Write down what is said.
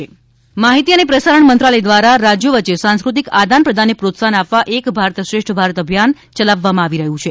એક ભારત શ્રેષ્ઠ ભારત માહિતી અને પ્રસારણ મંત્રાલય દ્વારા રાજ્યો વચ્ચે સાંસ્કૃતિક આદાન પ્રદાનને પ્રોત્સાહન આપવા એક ભારત શ્રેષ્ઠ ભારત અભિયાન યલાવવામાં આવી રહ્યું છે